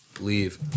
Leave